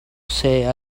say